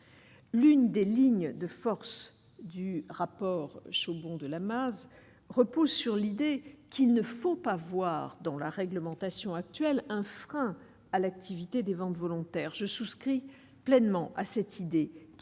l'une des lignes de force du rapport ce de la masse repose sur l'idée qu'il ne faut pas voir dans la réglementation actuelle, un frein à l'activité des ventes volontaires je souscris pleinement à cette idée,